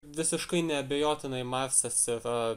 visiškai neabejotinai marsas yra